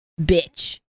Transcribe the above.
bitch